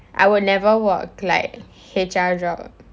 I will never work like H_R job